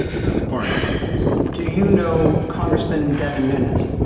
lev parness knows do you know congressman devin nunes? yes,